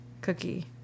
cookie